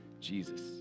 Jesus